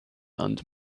under